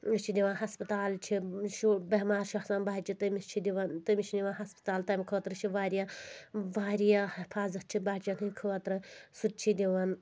ییٚتہِ چھِ دِوان ہسپتال چھِ یہِ چھُ بٮ۪مار چھُ آسان بچہِ تٔمِس چھِ دِوان تٔمِس چھِ نِوان ہسپتال تمہِ خٲطرٕ چھِ واریاہ واریاہ حفاظت چھِ بچن ہٕنٛدۍ خٲطرٕ سُہ تہِ چھِ دِوان